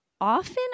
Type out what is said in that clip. Often